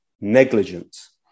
negligence